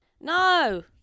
No